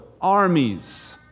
Armies